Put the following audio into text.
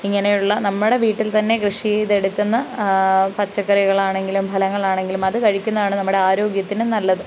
ഇങ്ങനെയുള്ള നമ്മുടെ വീട്ടിൽ തന്നെ കൃഷി ചെയ്തെടുക്കുന്ന പച്ചക്കറികളാണെങ്കിലും ഫലങ്ങളാണെങ്കിലും അത് കഴിക്കുന്നതാണ് നമ്മുടെ ആരോഗ്യത്തിന് നല്ലത്